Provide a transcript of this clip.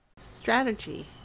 Strategy